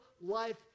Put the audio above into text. life